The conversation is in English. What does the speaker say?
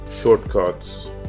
shortcuts